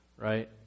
right